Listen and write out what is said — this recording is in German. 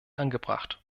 angebracht